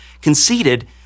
conceded